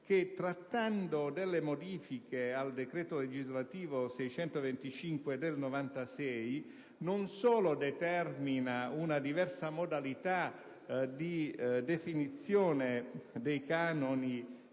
che propone modifiche al decreto legislativo n. 625 del 1996, non solo determinando una diversa modalità di definizione dei canoni